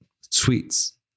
sweets